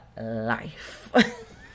life